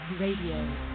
Radio